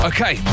Okay